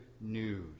news